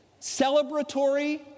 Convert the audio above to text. celebratory